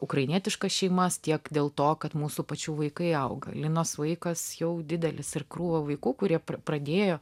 ukrainietiškas šeimas tiek dėl to kad mūsų pačių vaikai auga linos vaikas jau didelis ir krūva vaikų kurie pradėjo